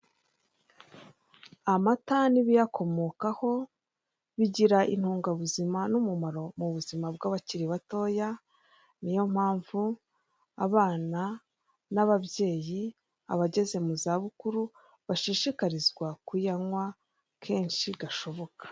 Amata n'ibiyakomokaho bigira intungabuzima n'umumaro mu buzima bw'abakiri batoya, ni yo mpamvu abana n'ababyeyi abageze mu za bukuru bashishikarizwa kuyanywa kenshi gashoboka.